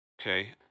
Okay